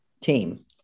team